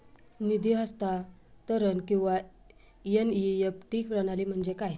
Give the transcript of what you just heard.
निधी हस्तांतरण किंवा एन.ई.एफ.टी प्रणाली म्हणजे काय?